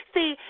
See